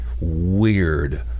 weird